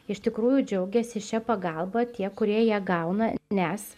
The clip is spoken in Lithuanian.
iš tikrųjų džiaugiasi šia pagalba tie kurie ją gauna nes